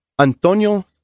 Antonio